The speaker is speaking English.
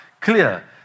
Clear